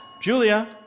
Julia